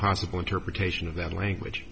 possible interpretation of that language